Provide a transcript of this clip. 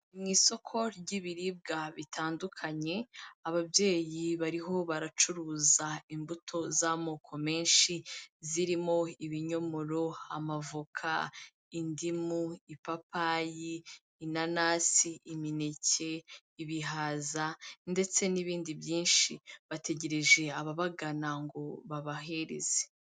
Mu isoko ry'ibiribwa bitandukanye, ababyeyi bariho baracuruza imbuto z'amoko menshi, zirimo ibinyomoro, amavoka, indimu, ipapayi, inanasi, imineke, ibihaza ndetse n'ibindi byinshi, bategereje ababagana ngo babahereze.